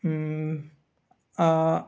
ആ